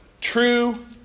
true